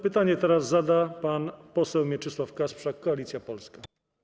Pytanie teraz zada pan poseł Mieczysław Kasprzak, Koalicja Polska.